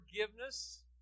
forgiveness